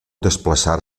desplaçar